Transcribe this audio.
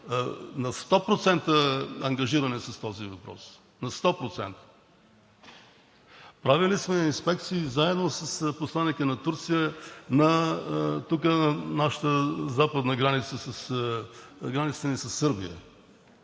на 100% ангажирани с този въпрос – на 100%. Правили сме инспекции заедно с посланика на Турция на нашата западна граница –